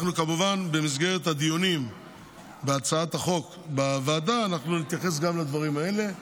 כמובן שבמסגרת הדיונים בוועדה נתייחס גם לדברים האלה.